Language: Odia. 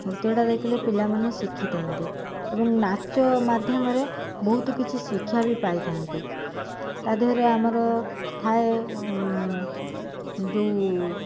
ନୃତ୍ୟଟା ଦେଖିଲେ ପିଲାମାନେ ଶିଖିଥାନ୍ତି ଏବଂ ନାଚ ମାଧ୍ୟମରେ ବହୁତ କିଛି ଶିକ୍ଷା ବି ପାଇଥାନ୍ତି ତା' ଦେହରେ ଆମର ଥାଏ ଯେଉଁ